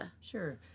Sure